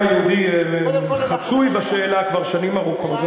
העם היהודי חצוי בשאלה כבר שנים ארוכות,